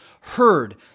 heard